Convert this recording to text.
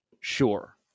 Sure